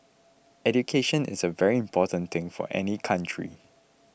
education is a very important thing for any country